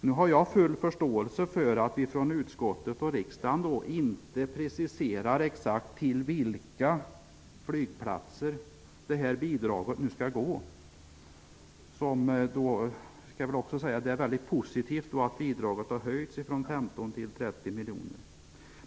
Nu har jag full förståelse för att utskottet och riksdagen inte preciserar exakt till vilka flygplatser bidraget skall gå. Jag skall också säga att det är väldigt positivt att bidraget har höjts från 15 till 30 miljoner.